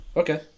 okay